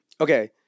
Okay